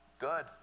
good